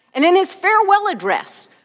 and in his farewell address,